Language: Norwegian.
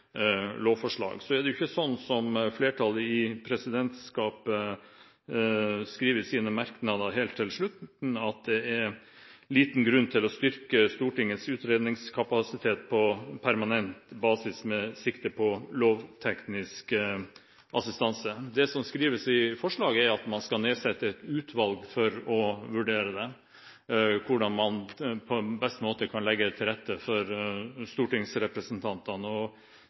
Så er det ikke sånn som flertallet i presidentskapet skriver i sine merknader helt til slutt, at det er «liten grunn til å styrke Stortingets utredningskapasitet på permanent basis med sikte på lovteknisk assistanse». Det som skrives i forslaget, er at man skal nedsette et utvalg for å vurdere hvordan man på best måte kan legge til rette for stortingsrepresentantene.